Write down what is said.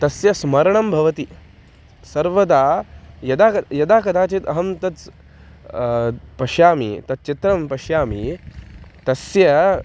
तस्य स्मरणं भवति सर्वदा यदा यदा कदाचित् अहं तत् पश्यामि तच्चित्रं पश्यामि तस्य